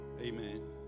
Amen